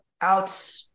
out